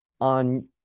on